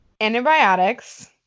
antibiotics